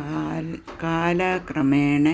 കാൽ കാല കാലക്രമേണ